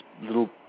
little